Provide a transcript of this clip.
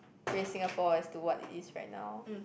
raise Singapore as to what it is right now